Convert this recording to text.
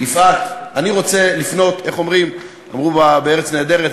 יפעת, אני רוצה לפנות, איך אמרו ב "ארץ נהדרת"?